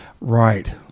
Right